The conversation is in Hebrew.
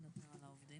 אתה מדבר על העובדים?